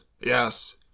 yes